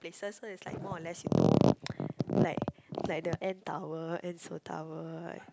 places so it's like more or less you know like like the N-Tower N-Seoul-Tower